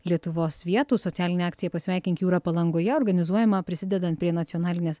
lietuvos vietų socialinė akcija pasveikink jūrą palangoje organizuojama prisidedant prie nacionalinės